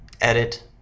edit